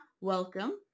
welcome